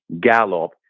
gallop